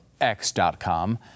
X.com